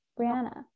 Brianna